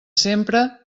sempre